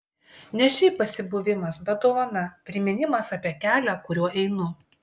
ne šiaip pasibuvimas bet dovana priminimas apie kelią kuriuo einu